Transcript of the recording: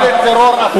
יש ממשלת טרור אחת,